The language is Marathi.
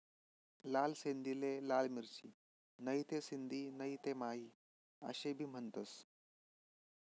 लाल सिंधीले लाल मिरची, नहीते सिंधी नहीते माही आशे भी म्हनतंस